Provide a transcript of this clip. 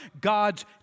God's